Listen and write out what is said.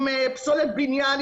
עם פסולת בניין,